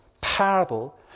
parable